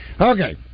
okay